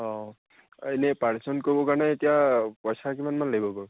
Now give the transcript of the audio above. অঁ এনেই operation কৰিবৰ কাৰণে এতিয়া পইছা কিমানমান লাগিব বাৰু